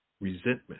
resentment